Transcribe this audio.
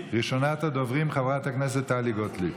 ראשונת הדוברים, חברת הכנסת טלי גוטליב.